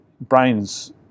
brains